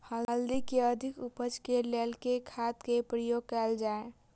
हल्दी केँ अधिक उपज केँ लेल केँ खाद केँ प्रयोग कैल जाय?